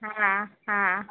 હા હા